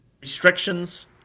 restrictions